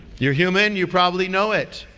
you're human. you probably know it.